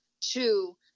Two